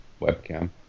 webcam